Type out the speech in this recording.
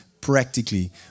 Practically